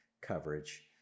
coverage